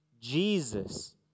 Jesus